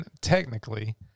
technically